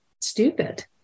stupid